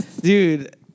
Dude